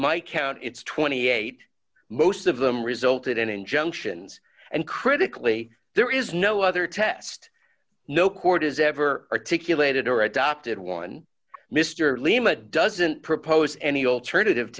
my count it's twenty eight most of them resulted in injunctions and critically there is no other test no court has ever articulated or at opted one mr lima doesn't propose any alternative